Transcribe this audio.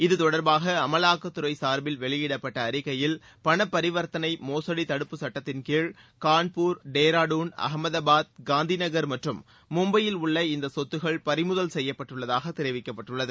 இது தொடர்பாக அமலாக்கத்துறை சார்பில் வெளியிடப்பட்ட அறிக்கையில் பண பரிவர்த்தனை மோசுடி தடுப்புச்சுட்டத்தின் கீழ் கான்பூர் டேராடுன் அகமதாபாத் காந்திநகள் மற்றும் மும்பையில் உள்ள இந்தச் சொத்துகள் பறிமுதல் செய்யப்பட்டுள்ளதாக தெரிவிக்கப்பட்டுள்ளது